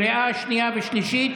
לקריאה שנייה וקריאה שלישית.